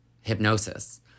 hypnosis